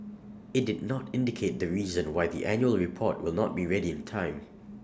IT did not indicate the reason why the annual report will not be ready in time